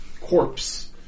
corpse